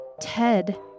Ted